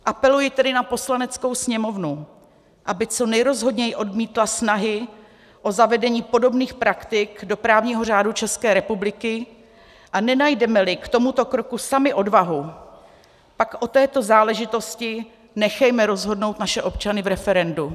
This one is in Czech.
Apeluji tedy na Poslaneckou sněmovnu, aby co nejrozhodněji odmítla snahy o zavedení podobných praktik do právního řádu České republiky, a nenajdemeli k tomuto kroku sami odvahu, pak o této záležitosti nechejme rozhodnout naše občany v referendu.